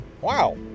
Wow